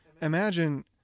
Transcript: imagine